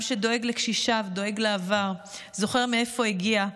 עם שדואג לקשישיו, דואג לעבר, זוכר מאיפה הגיע,